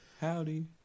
Howdy